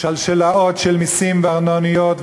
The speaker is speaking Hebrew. שלשלאות של מסים וארנונות,